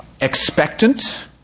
expectant